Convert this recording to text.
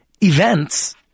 Events